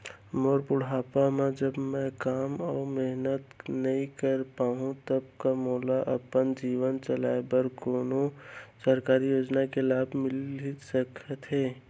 मोर बुढ़ापा मा जब मैं काम अऊ मेहनत नई कर पाहू तब का मोला अपन जीवन चलाए बर कोनो सरकारी योजना के लाभ मिलिस सकत हे?